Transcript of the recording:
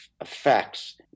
effects